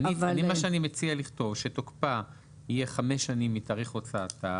אני מציע לכתוב שתוקפה יהיה חמש שנים מתאריך הוצאתה